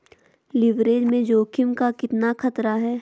Leverage में जोखिम का कितना खतरा है?